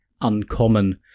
uncommon